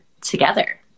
together